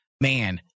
Man